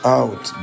out